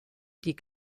die